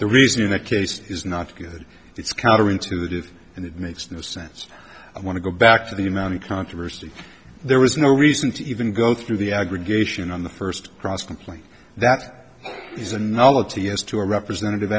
the reason the case is not good it's counter intuitive and it makes no sense i want to go back to the amount of controversy there was no reason to even go through the aggregation on the first cross complaint that is analogous to a representative